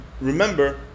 remember